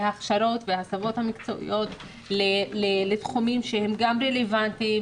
ההכשרות וההסבות המקצועיות לתחומים שהם גם רלוונטיים,